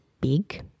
big